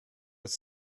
were